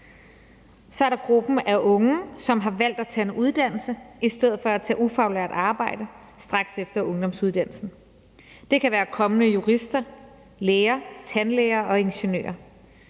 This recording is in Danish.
Så er der gruppen af unge, som har valgt at tage en uddannelse i stedet for at tage ufaglært arbejde straks efter ungdomsuddannelsen. Det kan være kommende jurister, læger, tandlæger og ingeniører.